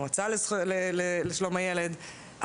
המועצה לשלום הילד,